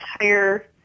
entire